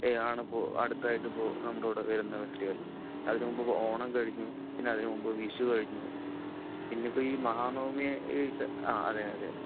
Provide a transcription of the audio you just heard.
അടുത്തതായിട്ടിപ്പോൾ നമ്മുടെയിവിടെ വരുന്ന ഫെസ്റ്റിവൽ അതിനുമുമ്പ് ഓണം കഴിഞ്ഞു പിന്നെ അതിനുമുമ്പ് വിഷു കഴിഞ്ഞു പിന്നെയിപ്പോൾ ഈ മഹാനവമി ആ അതെയതെ